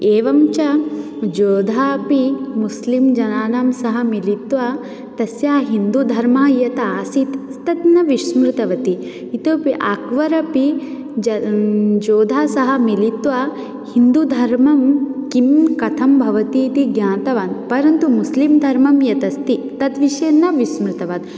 एवञ्च जोधा अपि मुस्लिम् जनानां सह मिलित्वा तस्या हिन्दूधर्म यत् आसीत् तत् न विस्मृतवती इतोपि अकबर् अपि जोधा सह मिलित्वा हिन्दूधर्मं किं कथं भवति इति ज्ञातवान् परन्तु मुस्लिम् धर्मं यत् अस्ति तद् विषये न विस्मृतवान्